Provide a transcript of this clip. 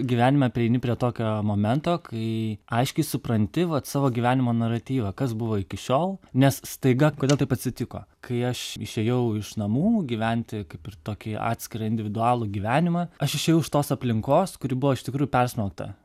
gyvenime prieini prie tokio momento kai aiškiai supranti vat savo gyvenimo naratyvą kas buvo iki šiol nes staiga kodėl taip atsitiko kai aš išėjau iš namų gyventi kaip ir tokį atskirą individualų gyvenimą aš išėjau iš tos aplinkos kuri buvo iš tikrųjų persmelkta